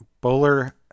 bowler